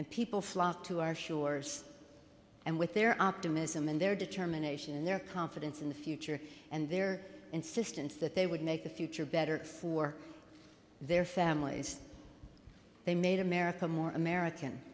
and people flocked to our shores and with their optimism and their determination and their confidence in the future and their insistence that they would make the future better for their families they made america more american